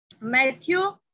Matthew